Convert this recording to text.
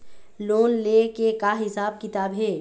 Loan ले के का हिसाब किताब हे?